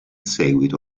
seguito